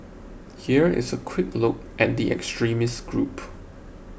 here is a quick look at the extremist group